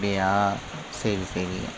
அப்படியா சரி சரி